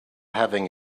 having